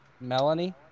Melanie